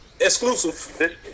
Exclusive